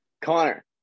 connor